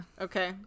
Okay